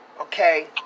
okay